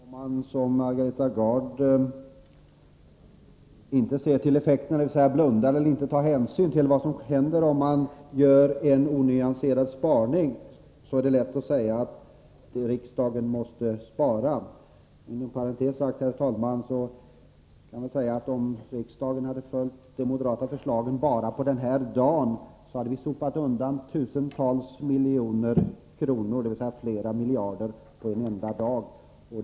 Herr talman! Om man som Margareta Gard inte ser till effekterna, dvs. blundar eller inte tar hänsyn till vad som händer om man gör en onyanserad besparing, är det lätt att säga att riksdagen måste spara. Herr talman! Om riksdagen, inom parentes sagt, hade följt de moderata sparförslagen som har nämnts här i dag hade vi sopat undan tusentals miljoner kronor, dvs. flera miljarder, på en enda dag.